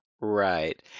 Right